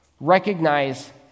recognize